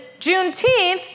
Juneteenth